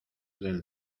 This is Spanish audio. del